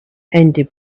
ended